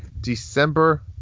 December